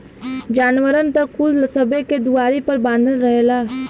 जानवरन त कुल सबे के दुआरी पर बँधल रहेला